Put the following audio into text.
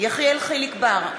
יחיאל חיליק בר,